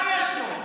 מה יש לו?